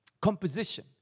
composition